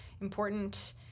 important